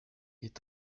est